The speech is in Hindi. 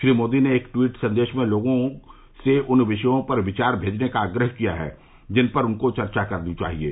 श्री मोदी ने एक ट्वीट संदेश में लोगों से उन विषयों पर विचार भेजने का आग्रह किया है जिन पर उनको चर्चा करनी चाहिये